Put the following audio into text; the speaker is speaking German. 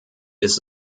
ist